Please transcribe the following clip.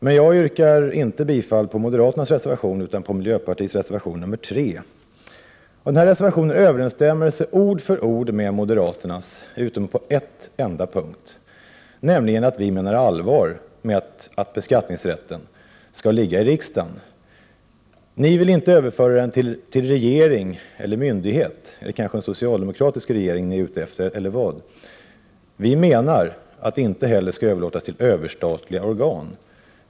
Men jag yrkar inte bifall till moderaternas reservation utan till miljöpartiets reservation nr 3. Denna reservation överensstämmer ord för ord med moderaternas, utom på en enda punkt: vi menar allvar med att beskattningsrätten skall ligga i riksdagen. Ni vill inte överföra den till regering eller myndighet — är det kanske en socialdemokratisk regering som ni tänker på, eller vad? Vi menar att den inte heller skall överlåtas till överstatliga organ.